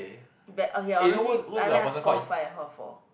bet oh ya honestly I like hall five and hall four